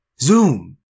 Zoom